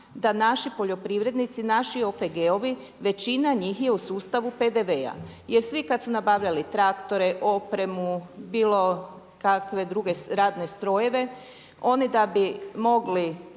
da naši poljoprivrednici, naši OPG-ovi većina njih je u sustavu PDV-a. Jer svi kad su nabavljali traktore, opremu, bilo kakve druge radne strojeve oni da bi mogli